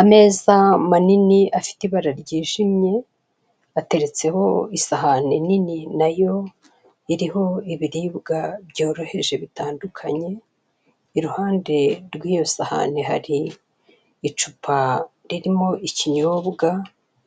Ameza manini afite ibara ryijimye, bateretseho isahani nini nayo iriho ibiribwa byoroheje bitandukanye, iruhande rw'iyo sahani hari icupa ririmo ikinyobwa